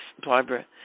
Barbara